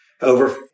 over